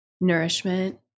nourishment